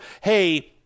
hey